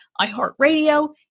iHeartRadio